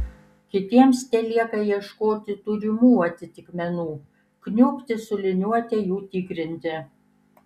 kitiems telieka ieškoti turimų atitikmenų kniubti su liniuote jų tikrinti